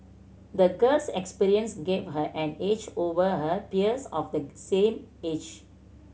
the girl's experience gave her an edge over her peers of the same age